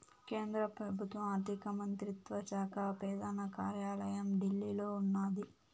కేంద్ర పెబుత్వ ఆర్థిక మంత్రిత్వ శాక పెదాన కార్యాలయం ఢిల్లీలో ఉన్నాది